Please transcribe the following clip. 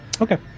Okay